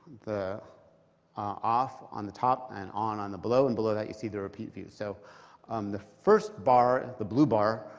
the off on the top and on on the below. and below that, you see the repeat views. so um the first bar, the blue bar,